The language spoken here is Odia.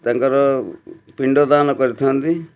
ତାଙ୍କର ପିଣ୍ଡ ଦାନ କରିଥାଆନ୍ତି